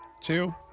two